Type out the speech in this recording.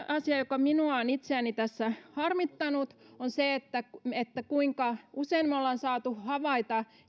asia joka minua itseäni on tässä harmittanut on se kuinka usein me olemme saaneet havaita